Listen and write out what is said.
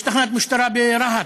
יש תחנת משטרה ברהט,